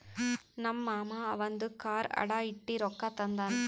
ನಮ್ ಮಾಮಾ ಅವಂದು ಕಾರ್ ಅಡಾ ಇಟ್ಟಿ ರೊಕ್ಕಾ ತಂದಾನ್